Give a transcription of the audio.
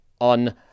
on